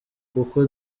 kuko